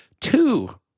two